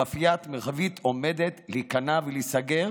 והמאפייה המרחבית עומדת להיכנע ולהיסגר,